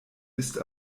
ist